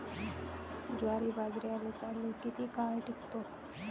ज्वारी, बाजरी आणि तांदूळ किती काळ टिकतो?